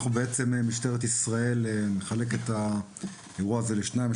משטרת ישראל בעצם מחלקת את האירוע הזה לשניים.